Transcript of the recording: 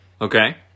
Okay